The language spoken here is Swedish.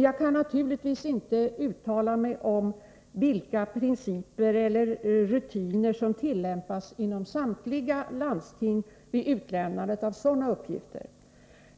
Jag kan naturligtvis inte uttala mig om vilka principer eller rutiner som tillämpas inom samtliga landsting vid utlämnandet av sådana uppgifter.